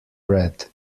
read